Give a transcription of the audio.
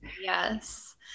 Yes